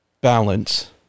balance